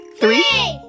three